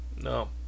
No